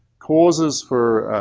causes for